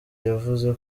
yavuze